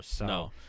No